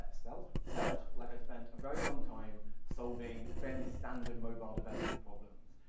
spelt? felt like i spend a very long time solving fairly standard mobile development problems.